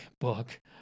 book